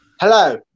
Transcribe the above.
Hello